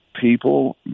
people